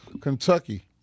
Kentucky